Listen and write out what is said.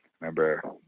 remember